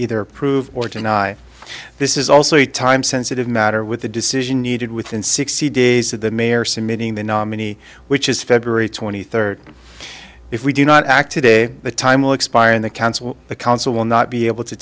either prove or deny this is also a time sensitive matter with the decision needed within sixty days of the mayor submitting the nominee which is february twenty third if we do not act today the time will expire in the council the council will not be able to